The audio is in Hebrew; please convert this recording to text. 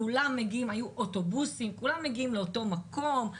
כולם מגיעים לאותו מקום,